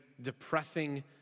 depressing